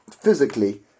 physically